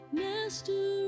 master